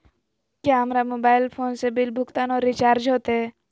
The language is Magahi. क्या हमारा मोबाइल फोन से बिल भुगतान और रिचार्ज होते?